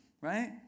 right